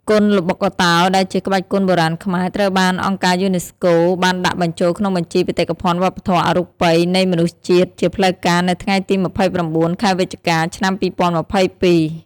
គុនល្បុក្កតោ ដែលជាក្បាច់គុនបុរាណខ្មែរ ត្រូវបានអង្គការយូណេស្កូបានដាក់បញ្ចូលក្នុងបញ្ជីបេតិកភណ្ឌវប្បធម៌អរូបីនៃមនុស្សជាតិជាផ្លូវការ នៅថ្ងៃទី ២៩ ខែវិច្ឆិកា ឆ្នាំ២០២២។